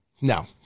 no